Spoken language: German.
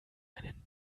einen